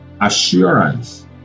assurance